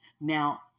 Now